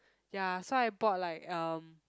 ya so I bought like um